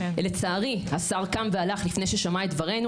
לצערי השר קם והלך לפני ששמע את דברינו